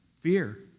fear